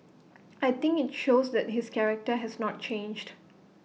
I think IT shows that his character has not changed